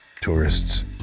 tourists